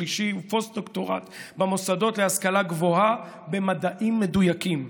שלישי ופוסט-דוקטורט במוסדות להשכלה גבוהה במדעים מדויקים.